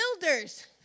builders